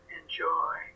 enjoy